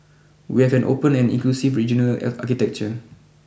we have an open and inclusive regional architecture